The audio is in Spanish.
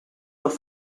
los